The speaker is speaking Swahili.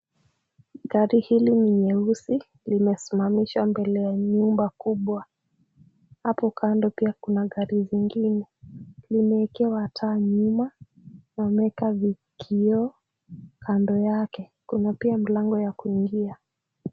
Gari hili ni nyeusi, limesimamaishwa mbele ya nyumba kubwa. Hapo kando pia kuna gari lingine. Limewekewa taa nyuma na wameeka kioo kando yake. Kuna pia mlango ya kuingia.